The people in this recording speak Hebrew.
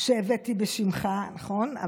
שהבאתי בשמך, נכון?